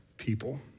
people